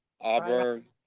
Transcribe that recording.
Auburn